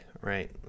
right